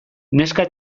neska